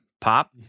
pop